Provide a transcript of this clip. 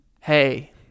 Hey